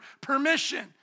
permission